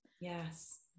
Yes